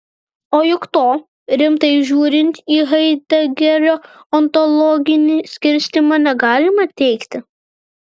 o juk to rimtai žiūrint į haidegerio ontologinį skirstymą negalima teigti